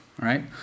right